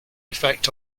effect